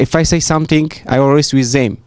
safe i say something i always do the same